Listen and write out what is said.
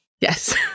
Yes